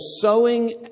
sowing